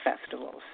festivals